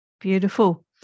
Beautiful